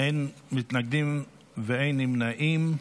אין מתנגדים ואין נמנעים.